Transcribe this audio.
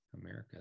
america